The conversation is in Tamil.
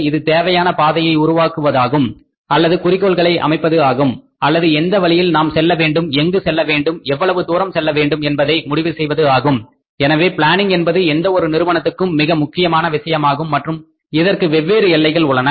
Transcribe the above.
இது தேவையான பாதையை உருவாக்குவதாகும் அல்லது குறிக்கோள்களை அமைப்பது ஆகும் அல்லது எந்த வழியில் நாம் செல்ல வேண்டும் எங்கு செல்ல வேண்டும் எவ்வளவு தூரம் செல்ல வேண்டும் என்பதை முடிவு செய்வது ஆகும் எனவே பிளானிங் என்பது எந்த ஒரு நிறுவனத்துக்கும் மிக முக்கியமான விஷயமாகும் மற்றும் இதற்கு வெவ்வேறு எல்லைகள் உள்ளன